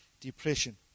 depression